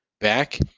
back